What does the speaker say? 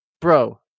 bro